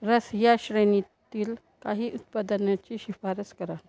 रस या श्रेणीतील काही उत्पादनाची शिफारस करा